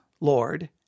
Lord